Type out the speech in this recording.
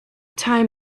time